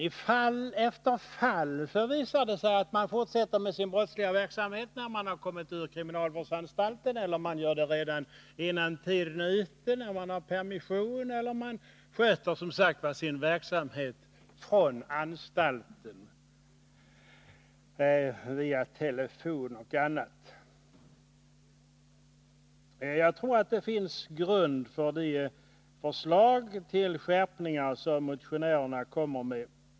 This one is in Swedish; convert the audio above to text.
I fall efter fall visar det sig att de fortsätter med sin brottsliga verksamhet när de kommit ut ur kriminalvårdsanstalten eller redan innan tiden är ute när de har permission. De sköter sin verksamhet från anstalten via telefon och på annat sätt. Jag tror att det finns grund för de förslag till skärpningar som motionärerna kommer med.